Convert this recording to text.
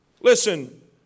Listen